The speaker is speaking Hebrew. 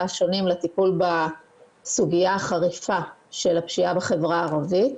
השונים לטיפול בסוגיה החריפה של הפשיעה בחברה הערבית.